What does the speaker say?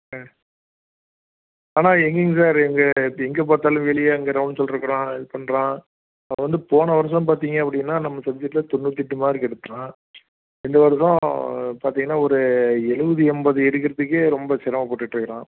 ஆ ஆனால் எங்கங்கே சார் எங்கே இப்போ எங்கே பார்த்தாலும் வெளியே அங்கே ரௌண்ட்ஸில் இருக்கிறான் இது பண்ணுறான் அப்புறம் வந்து போன வருஷம் பார்த்தீங்க அப்படின்னா நம்ம சப்ஜக்ட்டில் தொண்ணூற்றி எட்டு மார்க் எடுத்தான் இந்த வருஷம் பார்த்தீங்கன்னா ஒரு எழுவது எண்பது எடுக்கிறத்துக்கே ரொம்ப சிரமப்பட்டுகிட்ருக்குறான்